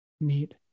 Neat